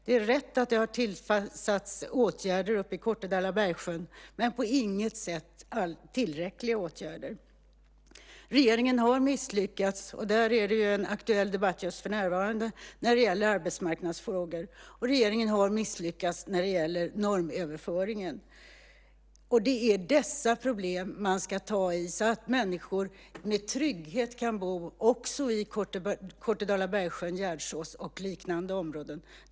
Det är rätt att det har vidtagits åtgärder uppe i Kortedala-Bergsjön, men på inget sätt tillräckliga åtgärder. Regeringen har misslyckats när det gäller arbetsmarknadsfrågor, och där pågår en debatt just för närvarande. Regeringen har misslyckats när det gäller normöverföringen. Och det är dessa problem man ska ta tag i så att människor med trygghet kan bo också i Kortedala-Bergsjön-Gärdsås och liknande områden.